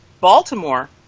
Baltimore